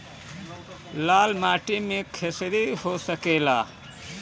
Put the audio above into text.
लाल माटी मे खेसारी हो सकेला?